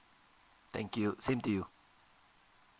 thank you same to you